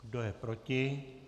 Kdo je proti?